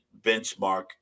benchmark